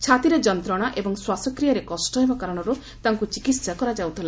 ଛାତିରେ ଯନ୍ତ୍ରଣା ଏବଂ ଶ୍ୱାସକ୍ରିୟାରେ କଷ୍ଟ ହେବା କାରଣରୁ ତାଙ୍କୁ ଚିକିତ୍ସା କରାଯାଉଥିଲା